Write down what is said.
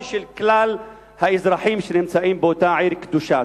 של כלל האזרחים שנמצאים באותה עיר קדושה.